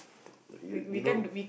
you you know